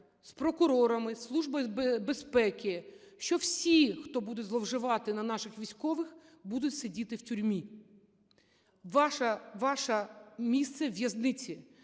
з прокурорами, із Службою безпеки, що всі, хто буде зловживати на наших військових, будуть сидіти в тюрмі, ваше місце у в'язниці.